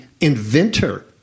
inventor